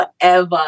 forever